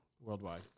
worldwide